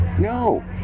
No